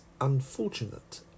unfortunate